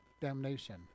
damnation